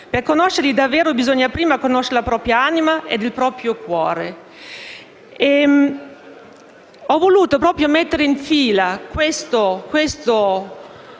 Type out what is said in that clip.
Per conoscerli davvero bisogna prima conoscere la propria anima e il proprio cuore». Ho voluto ripercorrere questo